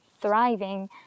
thriving